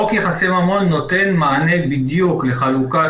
חוק יחסי ממון נותן מענה בדיוק לחלוקת